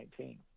2019